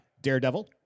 Daredevil